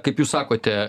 kaip jūs sakote